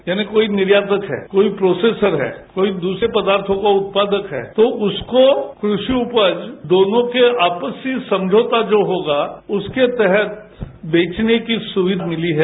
यानी कोई निर्यातबद्ध है कोई प्रोसेसर है कोई दूसरे पदार्थो का उत्पादक है तो उसको कृषि उपज दोनों के आपसी समझौता जो होगा उसके तहत बेचने की सुविधा मिली है